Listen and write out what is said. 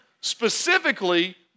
Specifically